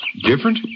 Different